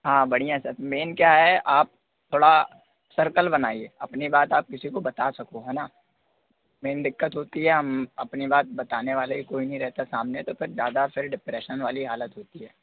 हाँ बढ़िया sir main क्या है आप थोड़ा सर्कल बनाइए अपनी बात आप किसी को बता सको है ना मेन दिक़्क़त होती है हम अपनी बात बताने वाले ही कोई नहीं रहता सामने तो फिर ज़्यादा फिर डिप्रेशन वाली हालत होती है